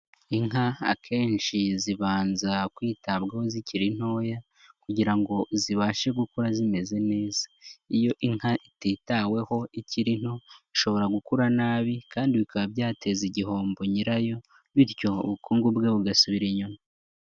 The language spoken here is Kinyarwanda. Inka akenshi zibanza kwitabwaho zikiri ntoya kugira ngo zibashe gukura zimeze neza. Iyo inka ititaweho iki nto ishobora gukura nabi kandi bikaba byateza igihombo nyirayo, bityo ubukungu bwe bugasubira inyuma.